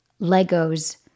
Legos